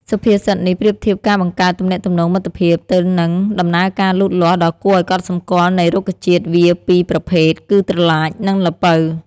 សុភាសិតនេះប្រៀបធៀបការបង្កើតទំនាក់ទំនងមិត្តភាពទៅនឹងដំណើរការលូតលាស់ដ៏គួរឲ្យកត់សម្គាល់នៃរុក្ខជាតិវារពីរប្រភេទ គឺប្រឡាច និងល្ពៅ។